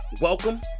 welcome